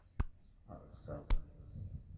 आओर सभ